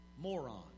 moron